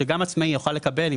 שגם העצמאי יוכל לקבל.